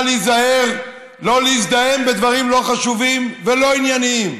להיזהר לא להזדהם בדברים לא חשובים ולא ענייניים,